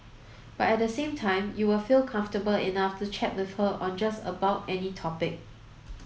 but at the same time you will feel comfortable enough to chat with her on just about any topic